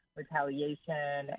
retaliation